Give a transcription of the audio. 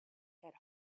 had